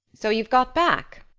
so you've got back?